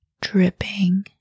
dripping